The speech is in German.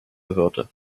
gehörte